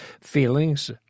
feelings